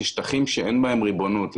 ששטחים שאין בהם ריבונות,